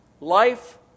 life